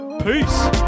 Peace